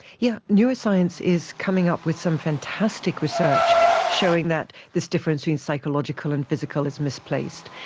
yeah neuroscience is coming up with some fantastic research showing that this difference between psychological and physical is misplaced.